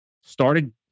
started